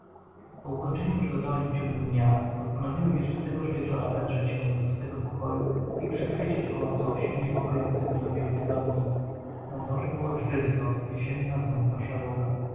po ukończeniu przygotowań w ciągu dnia postanowiłem jeszcze tegoż wieczora wedrzeć się do pustego pokoju i przychwycić owo coś niepokojące mnie od wielu tygodni na dworze było dżdżysto jesienna